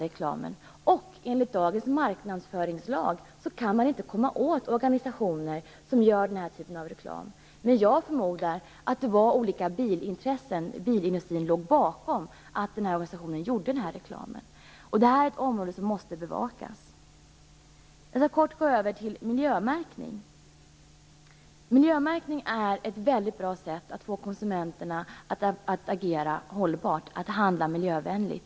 Enligt dagens marknadsföringslag kan man inte komma åt organisationer som gör den här typen av reklam. Jag förmodar att det var olika bilintressen och bilindustrin som låg bakom att organisationen gjorde den här reklamen. Det här är ett område som måste bevakas. Jag skall så gå över till miljömärkning. Miljömärkning är ett väldigt bra sätt att få konsumenterna att agera hållbart, att handla miljövänligt.